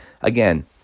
Again